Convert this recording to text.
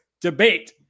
debate